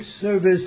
service